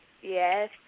Yes